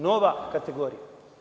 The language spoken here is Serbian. Nova kategorija.